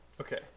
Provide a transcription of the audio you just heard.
Okay